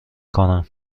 کنم